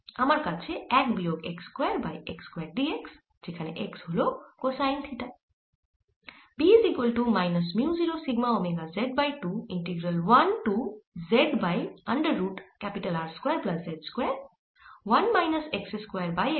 আমার আছে 1 বিয়োগ x square by x square dx যেখানে x হল কোসাইন থিটা